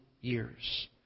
years